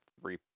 three